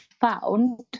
found